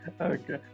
Okay